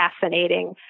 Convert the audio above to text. fascinating